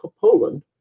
Poland